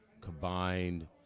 combined